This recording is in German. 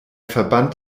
verband